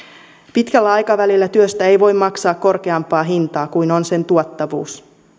pitkällä aikavälillä työstä ei voi maksaa korkeampaa hintaa kuin on sen tuottavuus